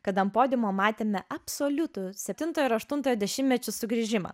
kad ant podiumo matėme absoliutų septintojo aštuntojo dešimtmečių sugrįžimą